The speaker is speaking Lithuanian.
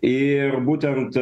ir būtent